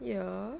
ya